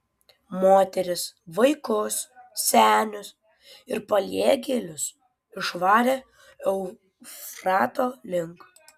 moteris vaikus senius ir paliegėlius išvarė eufrato link